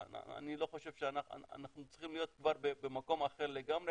אני חושב שאנחנו צריכים להיות כבר במקום אחר לגמרי,